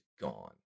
gone